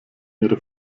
ihre